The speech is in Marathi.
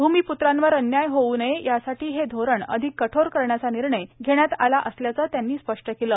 भूमिप्त्रांवर अन्याय होऊ नयेए यासाठी हे धोरण अधिक कठोर करण्याचा निर्णय घेण्यात आला असल्याचं त्यांनी स्पष्ट केलं